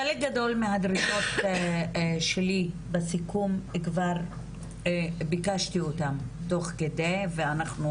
חלק גדול מהדרישות שלי בסיכום כבר ביקשתי אותן תוך כדי ואנחנו